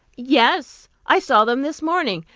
yes. i saw them this morning.